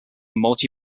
multi